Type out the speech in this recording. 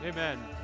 Amen